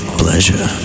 pleasure